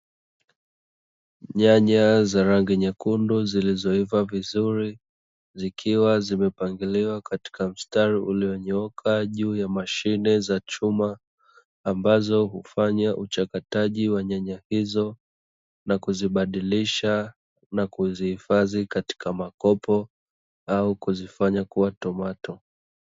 Nyanya za rangi nyekundu zilizoiva vizuri zikiwa zimepangiliwa katika mstari ulionyooka juu ya mashine za chuma ambazo hufanya uchakataji wa nyanyagizo na kuzibadilisha na kuzihifadhi katika makopo au kuzifanya kuwa tomato.